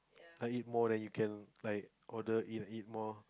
like eat more than you can like order eat eat more